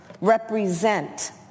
Represent